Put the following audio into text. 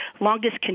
longest